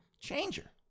changer